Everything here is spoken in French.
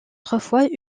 autrefois